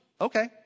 okay